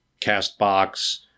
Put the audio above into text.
CastBox